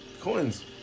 Coins